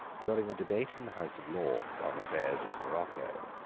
during a debate in the house of lords on affairs in morocco,